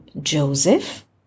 Joseph